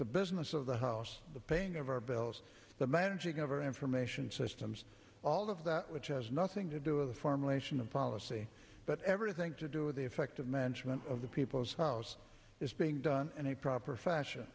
the business of the house the paying of our bills the managing of our information systems all of that which has nothing to do with the formulation of policy but everything to do with effective management of the people's house is being done in a proper fashion